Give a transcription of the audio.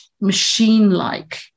machine-like